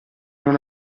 non